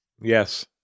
Yes